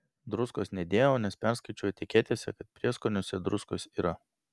druskos nedėjau nes perskaičiau etiketėse kad prieskoniuose druskos yra